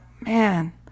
man